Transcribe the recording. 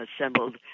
assembled